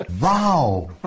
Wow